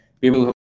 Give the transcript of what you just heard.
people